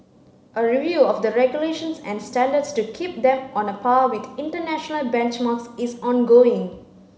a review of the regulations and standards to keep them on a par with international benchmarks is ongoing